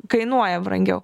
kainuoja brangiau